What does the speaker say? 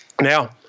Now